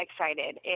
excited